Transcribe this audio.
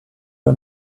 her